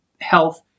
health